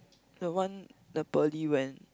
the one the Pearly went